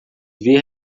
ver